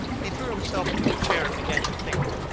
he threw himself into a chair and began to think.